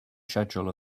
schedule